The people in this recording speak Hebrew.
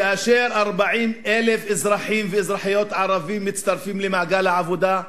כאשר 40,000 אזרחים ואזרחיות ערבים מצטרפים למעגל העבודה?